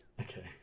okay